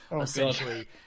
essentially